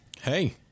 Hey